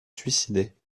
suicider